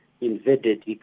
invaded